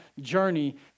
journey